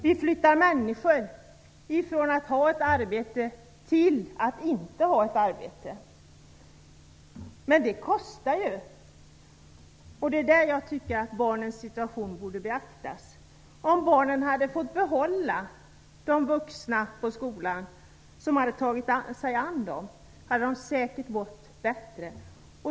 Vi flyttar människor från att ha ett arbete till att inte ha ett arbete. Detta kostar! Där tycker jag att barnens situation borde beaktas. Om barnen hade fått behålla de vuxna på skolan som tagit sig an dem, skulle barnen säkert ha mått bättre.